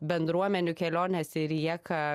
bendruomenių kelionės į rijeką